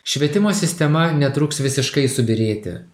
švietimo sistema netruks visiškai subyrėti